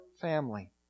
family